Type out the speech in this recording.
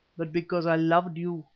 but because i loved you,